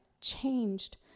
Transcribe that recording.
changed